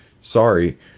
sorry